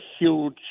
huge